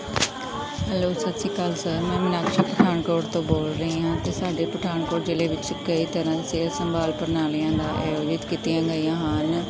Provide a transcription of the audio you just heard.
hello ਸਤਿ ਸ਼੍ਰੀ ਅਕਾਲ ਸਰ ਮੈਂ ਮੀਨਾਕਸ਼ੀ ਪਠਾਨਕੋਟ ਤੋਂ ਬੋਲ ਰਹੀ ਹਾਂ ਇੱਥੇ ਸਾਡੇ ਪਠਾਨਕੋਟ ਜ਼ਿਲ੍ਹੇ ਵਿੱਚ ਕਈ ਤਰ੍ਹਾਂ ਦੀ ਸਿਹਤ ਸੰਭਾਲ ਪ੍ਰਣਾਲੀਆਂ ਦਾ ਆਯੋਜਿਤ ਕੀਤੀਆਂ ਗਈਆਂ ਹਨ